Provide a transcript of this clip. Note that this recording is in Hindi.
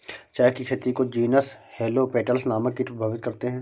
चाय की खेती को जीनस हेलो पेटल्स नामक कीट प्रभावित करते हैं